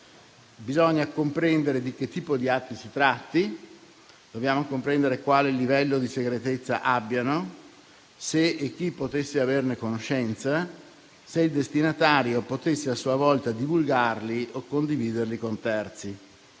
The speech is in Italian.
bisogna comprendere di che tipo di atti si tratti; dobbiamo comprendere quale livello di segretezza abbiano, se e chi potesse averne conoscenza, se il destinatario potesse a sua volta divulgarli o condividerli con terzi.